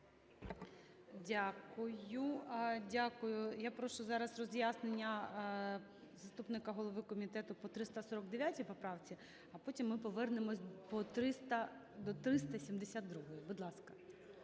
Дякую. Я прошу зараз роз'яснення заступника голови комітету по 349 поправці, а потім ми повернемося до 372-ї. Будь ласка.